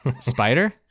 Spider